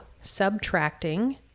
subtracting